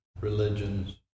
religions